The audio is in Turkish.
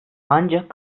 ancak